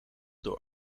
door